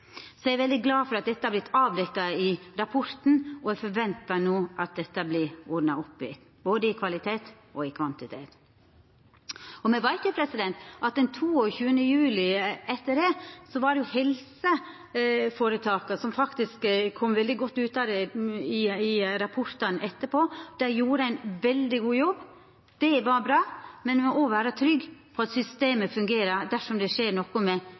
så er eg veldig glad for at dette har vorte avdekt i rapporten, og eg forventar at dette no vert ordna opp i – både i kvalitet og i kvantitet. Me veit jo at etter den 22. juli 2011 så var det jo helseføretaka som faktisk kom veldig godt ut av det i rapportane etterpå. Dei gjorde ein veldig god jobb. Det var bra, men ein må òg vera trygg på at systemet fungerer dersom det skjer noko med